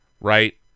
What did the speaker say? right